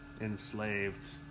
enslaved